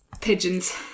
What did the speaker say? pigeons